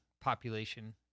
population